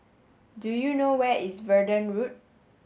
do you know where is Verdun Road